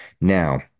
Now